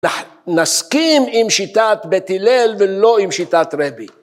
נסכים עם שיטת בית הילל ולא עם שיטת רבי.